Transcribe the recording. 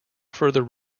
further